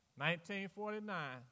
1949